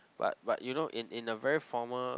but but you know in in a very formal